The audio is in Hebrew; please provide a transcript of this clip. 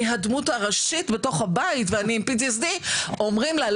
אני הדמות הראשית תוך הבית ואני עם PTSD. אומרים לה,